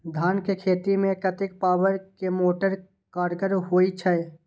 धान के खेती में कतेक पावर के मोटर कारगर होई छै?